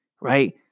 right